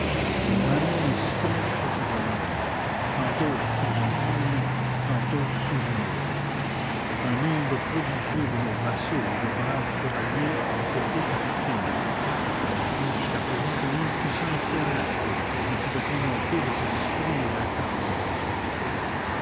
le malin esprit y fait sa demeure tantôt sous une forme tantôt sous une autre un nombre prodigieux de nos vassaux et de braves chevaliers ont été sa victime et l'on a cru jusqu'à présent que nulle puissance terrestre ne pouvait triompher de ces esprits infernaux